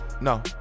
No